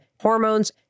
hormones